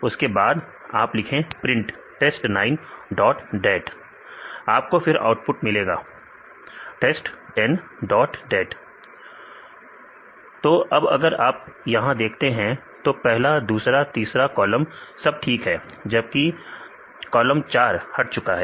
उसके बाद से आप लिखें प्रिंट टेस्ट 9 डॉट डेट आपको फिर आउटपुट मिलेगा टेस्ट 10 डॉट डेट तो अब अगर आप यहां देखते हैं तो पहला दूसरा तीसरा कॉलम सब ठीक है जबकि 4 कॉलम हट चुका है